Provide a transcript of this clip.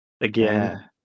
again